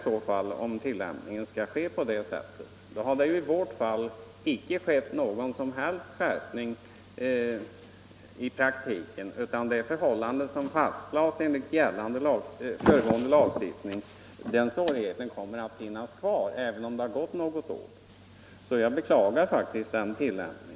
Då har det i vårt fall inte blivit någon som helst skärpning i praktiken, utan den svårighet som skapades enligt den föregående lagen kommer att finnas kvar. Jag beklagar en sådan tillämpning.